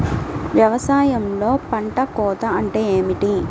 వ్యవసాయంలో పంట కోత అంటే ఏమిటి?